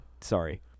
Sorry